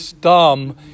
dumb